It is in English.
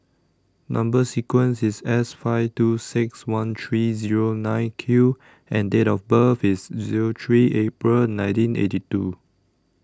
Number sequence IS S five two six one three Zero nine Q and Date of birth IS Zero three April nineteen eighty two